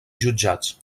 jutjats